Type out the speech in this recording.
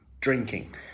Drinking